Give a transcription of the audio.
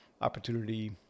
opportunity